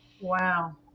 wow